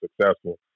successful